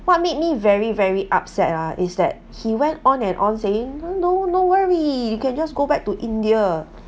what made me very very upset ah is that he went on and on saying no no no worry we can just go back to india